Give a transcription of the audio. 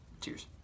Cheers